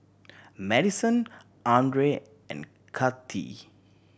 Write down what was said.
Maddison Andrae and Kathi